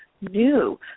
new